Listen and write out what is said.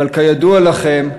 אבל כידוע לכם,